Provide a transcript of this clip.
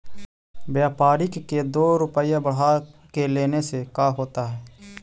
व्यापारिक के दो रूपया बढ़ा के लेने से का होता है?